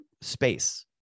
space